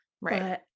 Right